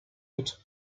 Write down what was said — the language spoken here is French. août